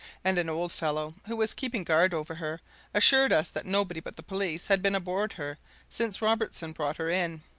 and an old fellow who was keeping guard over her assured us that nobody but the police had been aboard her since robertson brought her in.